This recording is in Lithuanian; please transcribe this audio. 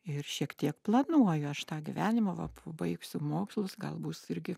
ir šiek tiek planuoju aš tą gyvenimą va pabaigsiu mokslus gal bus irgi